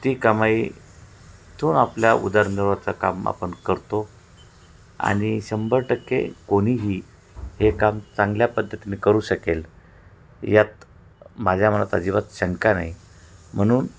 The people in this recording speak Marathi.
ती कमाई ठेवून आपल्या उदरनिर्वाहाचा काम आपण करतो आणि शंभर टक्के कोणीही हे काम चांगल्या पद्धतीने करू शकेल यात माझ्या मनात अजिबात शंका नाही म्हणून